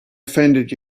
offended